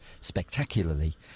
spectacularly